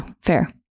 fair